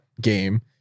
game